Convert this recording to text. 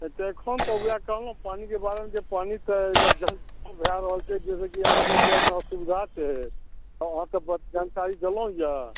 एखन तऽ वएह जे कहलहुँ पानी निवारण जे पानिके दुआरे जाम ताम भए रहल छै से जाहिसँ कि आबै जायमे असुविधा छै अहाँकेँ बस जानकारी देलहुँ यऽ